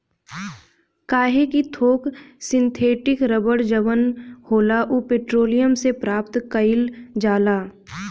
काहे कि थोक सिंथेटिक रबड़ जवन होला उ पेट्रोलियम से प्राप्त कईल जाला